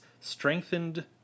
strengthened